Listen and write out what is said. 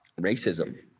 racism